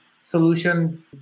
solution